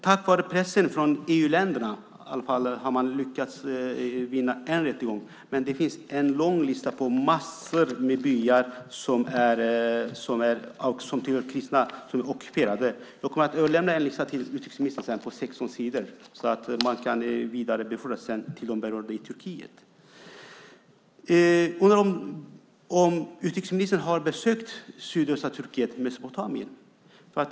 Tack vare pressen från EU-länderna har man i alla fall lyckats vinna i en rättegång, men det finns en lång lista på massor av byar som tillhör kristna som är ockuperade. Jag kommer att överlämna en lista till utrikesministern på 16 sidor som sedan kan vidarebefordras till de berörda i Turkiet. Jag undrar om utrikesministern har besökt sydöstra Turkiet och Mesopotamien.